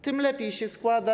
Tym lepiej się składa.